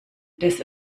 des